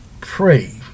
pray